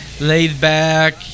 laid-back